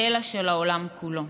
אלא של העולם כולו.